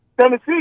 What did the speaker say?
Tennessee